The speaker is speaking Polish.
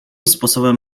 sposobem